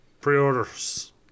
Pre-orders